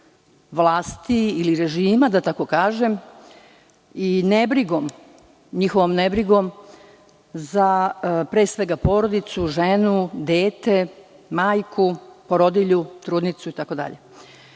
vlasti ili režima, da tako kažem, i njihovom nebrigom pre svega za porodicu, ženu, dete, majku, porodilju, trudnicu itd.